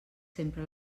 sempre